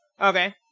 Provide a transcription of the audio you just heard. Okay